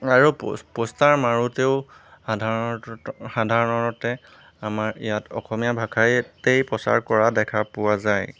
আৰু পোষ্টাৰ মাৰোঁতেও সাধাৰণতে সাধাৰণতে আমাৰ ইয়াত অসমীয়া ভাষাতেই প্ৰচাৰ কৰা দেখা পোৱা যায়